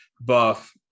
buff